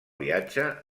viatge